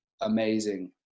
amazing